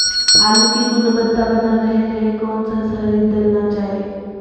आलू की गुनबता बना रहे रहे कौन सा शहरी दलना चाये?